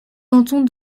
cantons